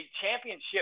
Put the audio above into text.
championship